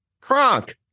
Kronk